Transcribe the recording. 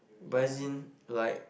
but as in like